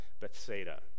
Bethsaida